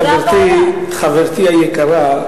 חברתי היקרה,